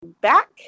back